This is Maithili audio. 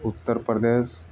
उत्तर प्रदेश